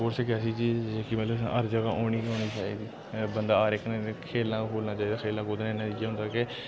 sports इक ऐसी चीज जेह्की मतलब हर जगह् होनी गै होनी चाहिदी बंदा हर इक ने खेलना कूदना चाहिदा खेलने कूदने कन्नै केह् होंदा के